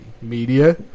media